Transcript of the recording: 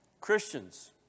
Christians